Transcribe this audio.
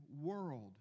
world